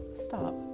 stop